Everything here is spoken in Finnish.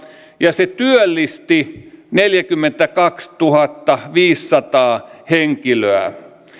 ja se työllisti neljäkymmentäkaksituhattaviisisataa henkilöä